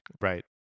Right